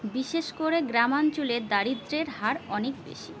বিশেষ করে গ্রামাঞ্চলে দারিদ্র্যের হার অনেক বেশি